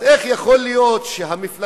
אז איך יכול להיות שהמפלגות,